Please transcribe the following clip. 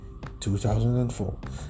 2004